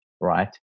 right